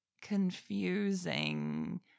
confusing